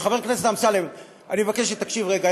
חבר הכנסת אמסלם, אני מבקש שתקשיב רגע.